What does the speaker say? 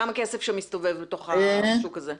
כמה כסף שמסתובב לתוך השוק הזה?